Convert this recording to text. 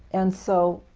and so